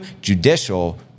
judicial